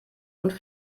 und